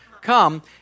come